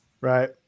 right